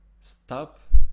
stop